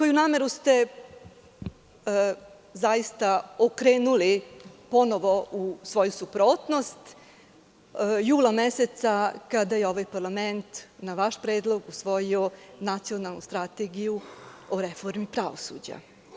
Tu nameru ste zaista okrenuli ponovo u svoju suprotnost jula meseca, kada je ovaj parlament na vaš predlog usvojio Nacionalnu strategiju o reformi pravosuđa.